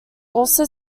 also